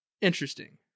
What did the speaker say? Interesting